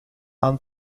aan